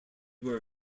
were